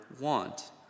want